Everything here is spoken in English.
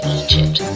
egypt